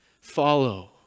follow